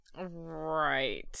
Right